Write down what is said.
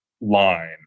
line